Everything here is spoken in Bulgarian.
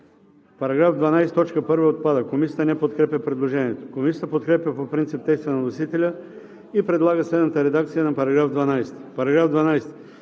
отпада.“ Комисията не подкрепя предложението. Комисията подкрепя по принцип текста на вносителя и предлага следната редакция на § 19,